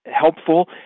helpful